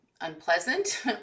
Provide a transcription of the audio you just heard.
unpleasant